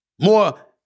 More